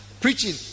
preaching